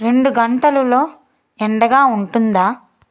రెండు గంటలులో ఎండగా ఉంటుందా